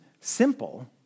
simple